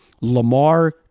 Lamar